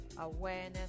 awareness